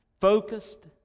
focused